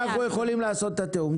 ואנחנו יכולים לעשות את התיאום.